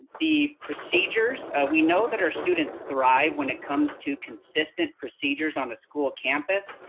the procedures, we know that our students thrive when it comes to consistent procedures on a school campus.